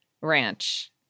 ranch